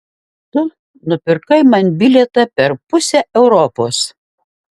tu nupirkai man bilietą per pusę europos